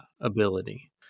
ability